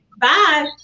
Bye